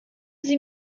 sie